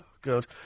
good